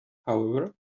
however